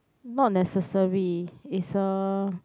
not necessary it's a